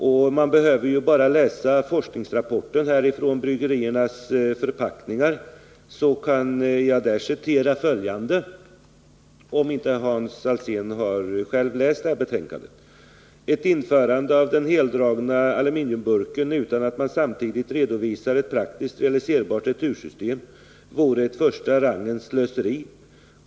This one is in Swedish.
För den händelse Hans Alsén inte har läst forskningsrapporten beträffande bryggeriernas förpackningar vill jag också gärna citera följande ur denna: ”——- ett införande av den heldragna Al-burken utan att man samtidigt redovisat ett praktiskt realiserbart retursystem vore ett första rangens slöseri.